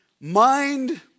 mind